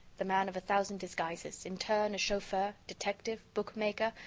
the man of a thousand disguises in turn a chauffer, detective, bookmaker,